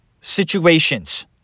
situations